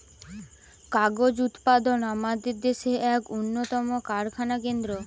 কাগজ উৎপাদন আমাদের দেশের এক উন্নতম কারখানা কেন্দ্র